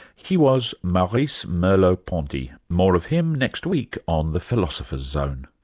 he was maurice merleau-ponty. more of him next week on the philosopher's zone